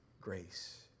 grace